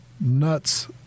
nuts